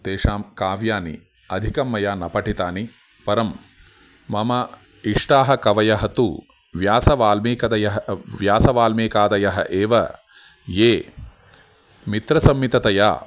तेषां काव्यानि अधिकं मया न पठितानि परं मम इष्टाः कवयः तु व्यासवाल्मीकादयः व्यासवाल्मीकादयः एव ये मित्रसंहितया